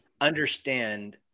understand